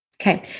Okay